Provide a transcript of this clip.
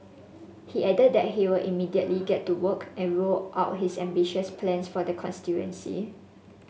he added that he will immediately get to work and roll out his ambitious plans for the constituency